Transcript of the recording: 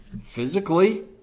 physically